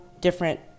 different